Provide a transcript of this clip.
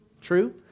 True